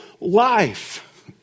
life